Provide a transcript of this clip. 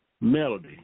Melody